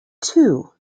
two